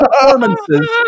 performances